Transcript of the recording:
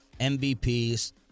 MVPs